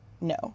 no